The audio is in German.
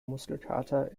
muskelkater